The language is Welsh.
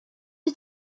wyt